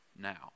now